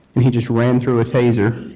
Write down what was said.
and he just ran through a taser,